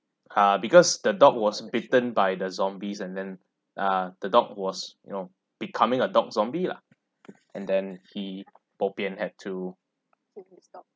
ah because the dog was bitten by the zombies and then uh the dog was you know becoming a dog zombie lah and then he bopian had to